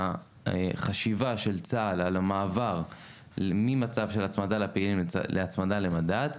מבחינת החשיבה של צה"ל על המעבר ממצב של הצמדה למצב של המצדה למדד,